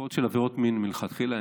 בחקירות בעבירות מין צריך מלכתחילה